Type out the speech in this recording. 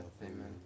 Amen